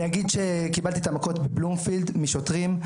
אני אגיד שקיבלתי את המכות בבלומפילד, משוטרים.